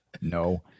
No